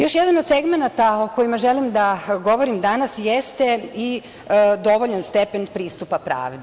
Još jedan od segmenata o kojima želim da govorim danas jeste i dovoljan stepen pristupa pravdi.